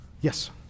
yes